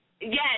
Yes